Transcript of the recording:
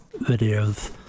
videos